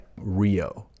Rio